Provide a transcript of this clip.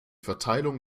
verteilung